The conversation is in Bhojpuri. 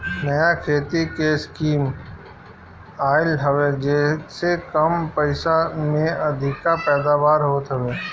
नया खेती के स्कीम आइल हवे जेसे कम पइसा में अधिका पैदावार होत हवे